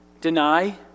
Deny